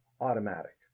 automatic